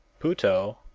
puto,